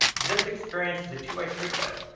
this experience is a two way street though.